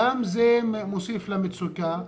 גם זה מוסיף למצוקה.